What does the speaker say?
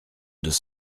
deux